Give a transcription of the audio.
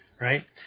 right